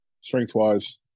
strength-wise